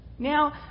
Now